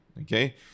Okay